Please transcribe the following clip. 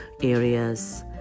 areas